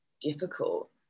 difficult